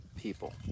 people